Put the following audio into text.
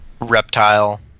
Reptile